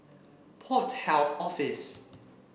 Port Health Office